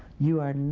you are